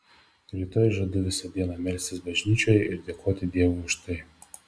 rytoj žadu visą dieną melstis bažnyčioje ir dėkoti dievui už tai